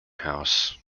house